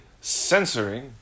censoring